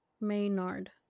Maynard